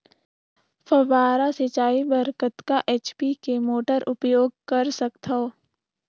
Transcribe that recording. फव्वारा सिंचाई बर कतका एच.पी के मोटर उपयोग कर सकथव?